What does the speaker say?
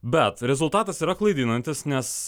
bet rezultatas yra klaidinantis nes